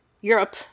Europe